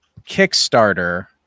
Kickstarter